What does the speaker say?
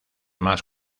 más